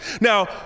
Now